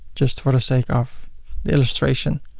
just for the sake of the illustration.